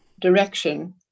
direction